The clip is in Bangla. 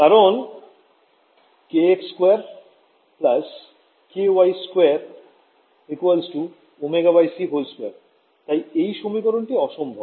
কারণ kx2 ky 2 ωc2 তাই এই সমীকরণটি অসম্ভব